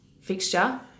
Fixture